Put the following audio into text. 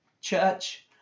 Church